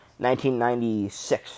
1996